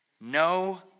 No